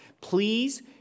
Please